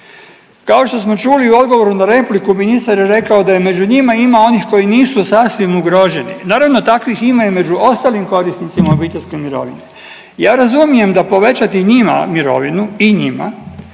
Kao što smo čuli u odgovoru na repliku ministar je rekao da i među njima ima onih koji nisu sasvim ugroženi, naravno takvih ima i među ostalim korisnicima obiteljske mirovine. Ja razumijem da povećati njima mirovinu i njima